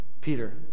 Peter